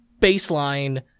baseline